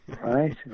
right